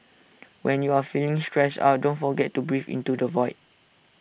when you are feeling stressed out don't forget to breathe into the void